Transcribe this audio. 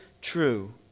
true